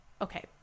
okay